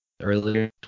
Earlier